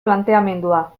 planteamendua